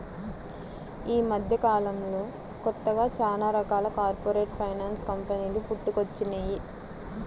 యీ మద్దెకాలంలో కొత్తగా చానా రకాల కార్పొరేట్ ఫైనాన్స్ కంపెనీలు పుట్టుకొచ్చినియ్యి